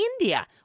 India